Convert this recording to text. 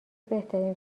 بهترین